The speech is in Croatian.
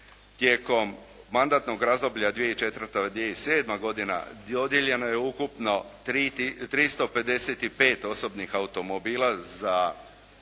tijekom mandatnog razdoblja 2004.-2007. godina dodijeljeno je ukupno 355 osobnih automobila za